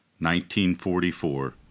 1944